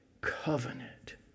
covenant